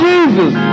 Jesus